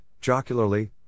jocularly